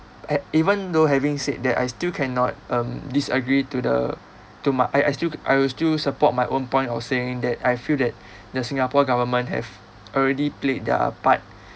a~ even though having said that I still cannot um disagree to the to my I I still I will still support my own point of saying that I feel that the singapore government have already played their part